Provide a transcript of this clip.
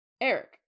Eric